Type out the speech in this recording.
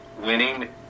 winning